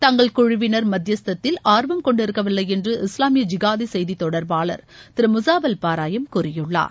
தங்கள் குழுவினர் மத்தியஸ்தத்தில் ஆர்வம் கொண்டிருக்கவில்லை என்று இஸ்லாமிய ஜிகாதி செய்தித் தொடர்பாளர் திரு முஸாப் அல் பாராயம் கூறியுள்ளார்